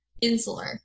insular